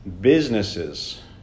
businesses